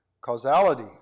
causality